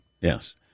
Yes